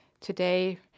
today